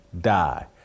Die